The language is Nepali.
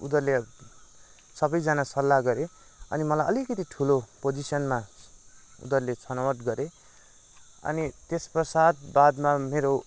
उनीहरूले सबैजना सल्लाह गरे अनि मलाई अलिकति ठुलो पोजिसनमा उनीहरूले छनौट गरे अनि त्यसपश्चात बादमा मेरो